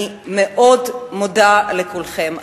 אני מאוד מודה לכולכם.